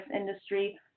industry